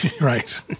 Right